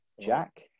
Jack